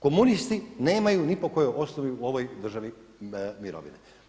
Komunisti nemaju ni po kojoj osnovi u ovoj državi mirovine.